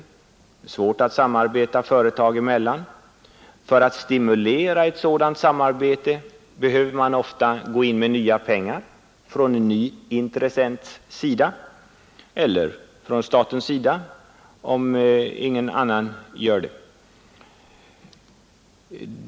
Det är svårt att samarbeta företag emellan, och för att ett sådant samarbete skall stimuleras behöver ofta en ny intressent gå in med pengar — kanske staten, om ingen annan gör det.